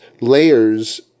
layers